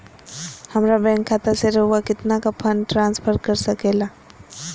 हमरा बैंक खाता से रहुआ कितना का फंड ट्रांसफर कर सके ला?